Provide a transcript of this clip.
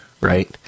right